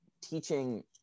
teaching